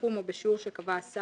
בסכום או בשיעור שקבע השר.